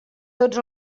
tots